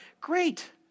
Great